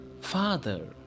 Father